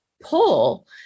pull